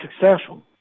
successful